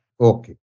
Okay